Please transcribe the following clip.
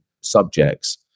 subjects